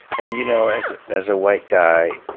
and you know, as ah as a white guy